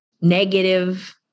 negative